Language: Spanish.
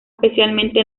especialmente